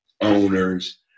owners